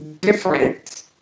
different